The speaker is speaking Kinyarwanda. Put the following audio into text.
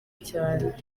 cyane